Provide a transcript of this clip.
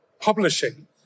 publishing